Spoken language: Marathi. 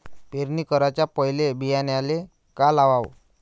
पेरणी कराच्या पयले बियान्याले का लावाव?